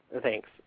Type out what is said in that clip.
thanks